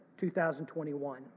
2021